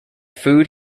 food